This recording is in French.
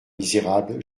misérable